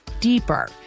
deeper